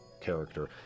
character